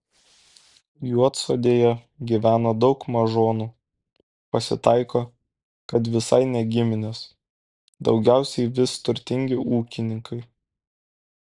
juodsodėje gyvena daug mažonų pasitaiko kad visai ne giminės daugiausiai vis turtingi ūkininkai